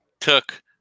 took